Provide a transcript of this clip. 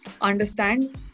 understand